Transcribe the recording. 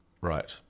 Right